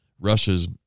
Russia's